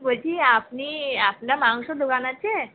বলছি আপনি আপনার মাংসর দোকান আছে